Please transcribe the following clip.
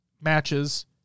matches